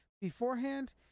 Beforehand